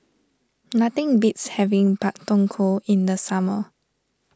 nothing beats having Pak Thong Ko in the summer